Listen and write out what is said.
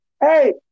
Hey